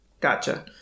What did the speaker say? Gotcha